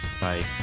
Bye